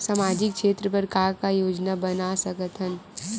सामाजिक क्षेत्र बर का का योजना बना सकत हन?